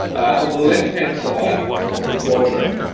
on the left hand side of the quadrant,